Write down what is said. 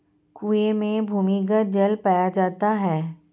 कुएं में भूमिगत जल पाया जाता है